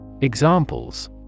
examples